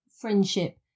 friendship